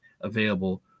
available